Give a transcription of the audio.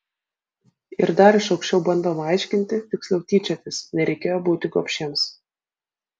ir dar iš aukščiau bandoma aiškinti tiksliau tyčiotis nereikėjo būti gobšiems